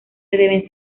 deben